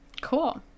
Cool